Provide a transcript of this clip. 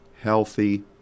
healthy